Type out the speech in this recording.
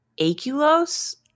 Aculos